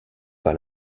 par